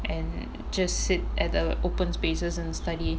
and just sit at the open spaces and study